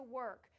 work